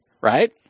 right